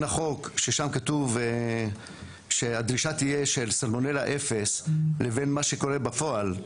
החוק ששם כתוב שהדרישה תהיה של סלמונלה אפס לבין מה שקורה בפועל.